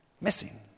missing